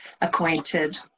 acquainted